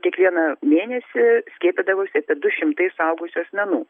kiekvieną mėnesį skiepydavosi apie du šimtai suaugusių asmenų